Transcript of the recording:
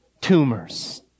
tumors